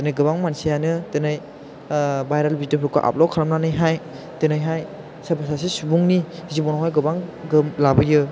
दिनै गोबां मानसियानो दिनै भाइरेल भिडिअफोरखौ अपलाड खालामनानैहाय दिनैहाय सोरबा सासे सुबुंनि जिबनावहाय गोबां गोहोम लाबोयो